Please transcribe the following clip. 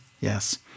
Yes